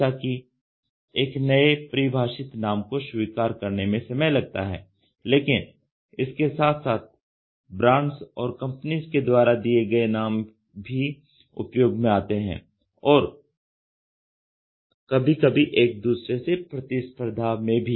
जैसा कि एक नए परिभाषित नाम को स्वीकार करने में समय लगता है लेकिन इसके साथ साथ ब्रांडस और कंपनीज़ के द्वारा दिए गए नाम भी उपयोग में आते हैं और कभी कभी एक दूसरे से प्रतिस्पर्धा में भी